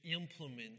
implement